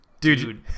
dude